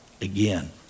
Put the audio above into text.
again